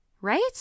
right